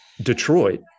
Detroit